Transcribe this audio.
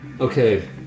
Okay